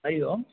हरिओम्